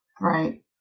right